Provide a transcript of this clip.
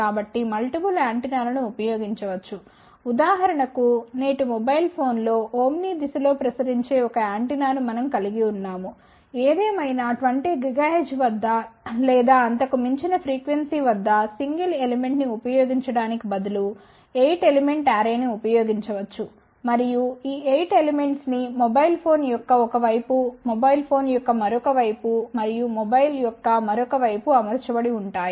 కాబట్టి మల్టిపుల్ యాంటెన్నాలను ఉపయోగించవచ్చుఉదాహరణకు నేటి మొబైల్ ఫోన్లో ఓమ్ని దిశలో ప్రసరించే ఒక యాంటెన్నాను మనం కలిగి ఉన్నాము ఏదేమైనా 20 GHz వద్ద లేదా అంతకు మించిన ఫ్రీక్వెన్సీ వద్ద సింగిల్ ఎలిమెంట్ ని ఉపయోగించడానికి బదులు 8 ఎలిమెంట్ అర్రే ని ఉపయోగించవచ్చు మరియు ఈ 8 ఎలిమెంట్స్ ని మొబైల్ ఫోన్ యొక్క ఒక వైపు మొబైల్ ఫోన్ యొక్క మరొక వైపు మరియు మొబైల్ యొక్క మరొక వైపు అమర్చబడి ఉంటాయి